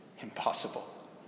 impossible